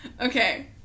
Okay